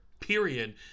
period